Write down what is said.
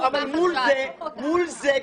מול זה,